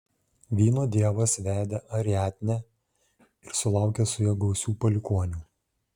vyno dievas vedė ariadnę ir sulaukė su ja gausių palikuonių